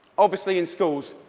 obviously, in schools,